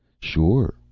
sure,